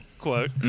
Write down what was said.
quote